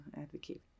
advocate